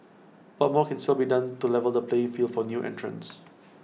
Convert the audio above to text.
but more can still be done to level the playing field for new entrants